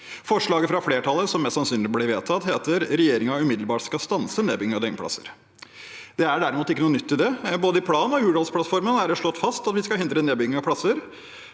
forslaget fra flertallet, som mest sannsynlig blir vedtatt, heter det at regjeringen umiddelbart skal stanse nedbyggingen av døgnplasser. Det er derimot ikke noe nytt i det. Både i planen og i Hurdalsplattformen er det slått fast at vi skal hindre nedbygging av plasser,